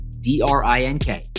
D-R-I-N-K